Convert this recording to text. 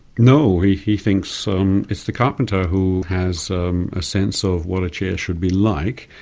no, he he thinks um it's the carpenter who has um a sense of what a chair should be like,